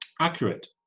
accurate